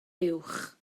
uwch